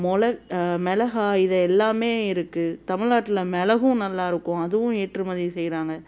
மொள மிளகா இது எல்லாமே இருக்குது தமிழ்நாட்ல மிளகும் நல்லாயிருக்கும் அதுவும் ஏற்றுமதி செய்கிறாங்க